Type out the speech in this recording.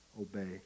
obey